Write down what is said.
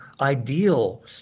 ideal